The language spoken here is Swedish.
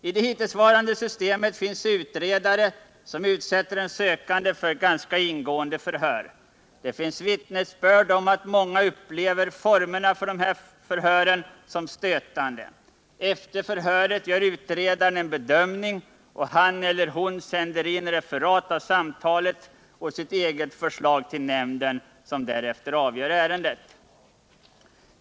I det hittillsvarande systemet finns utredare, som utsätter den sökande för ganska ingående förhör. Det finns vittnesbörd om att många upplever formerna för dessa förhör som stötande. Efter förhöret gör utredaren en bedömning, och han eller hon sänder in referat av samtalet och sitt eget förslag till nämnden, som därefter avgör ärendet.